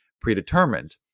predetermined